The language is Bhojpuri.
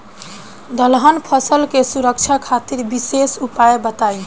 दलहन फसल के सुरक्षा खातिर विशेष उपाय बताई?